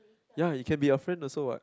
ya it can be a friend also what